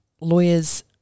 lawyers